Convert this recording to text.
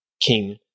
king